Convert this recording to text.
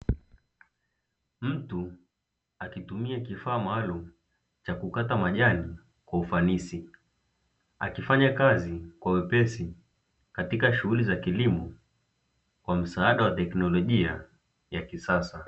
Mtu akitumia kifaa maalumu cha kukata majani kwa ufanisi, akifanya kazi kwa uwepesi katika shughuli za kilimo kwa msaada wa teknolojia ya kisasa.